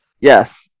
yes